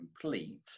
complete